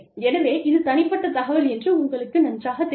எனவே இது தனிப்பட்ட தகவல் என்று உங்களுக்கு நன்றாகத் தெரியும்